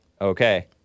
Okay